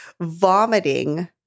vomiting